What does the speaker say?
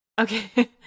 okay